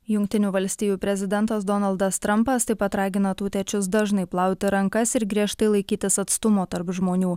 jungtinių valstijų prezidentas donaldas trumpas taip pat ragina tautiečius dažnai plauti rankas ir griežtai laikytis atstumo tarp žmonių